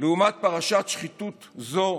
לעומת פרשת שחיתות זו,